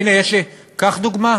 הנה, יש לי, קח דוגמה,